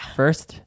first